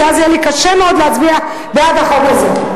כי אז יהיה לי קשה מאוד להצביע בעד החוק הזה,